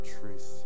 truth